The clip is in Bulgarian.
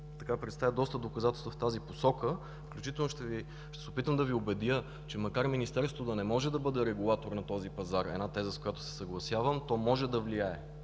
Ви представя доста доказателства в тази посока. Включително ще се опитам да Ви убедя, че макар Министерството да не може да бъде регулатор на този пазар – теза, с която се съгласявам, то може да влияе,